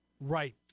Right